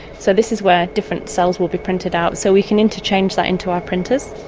so this is where different cells will be printed out so we can interchange that into our printers.